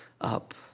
up